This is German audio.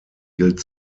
gilt